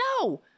No